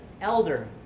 elder